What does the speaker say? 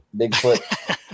Bigfoot